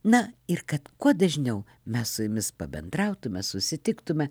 na ir kad kuo dažniau mes su jumis pabendrautume susitiktume